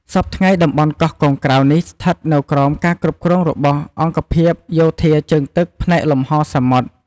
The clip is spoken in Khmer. សព្វថ្ងៃតំបន់កោះកុងក្រៅនេះស្ថិតនៅក្រោមការគ្រប់គ្រងរបស់អង្គភាពយោធាជើងទឹកផ្នែកលំហសមុទ្រ។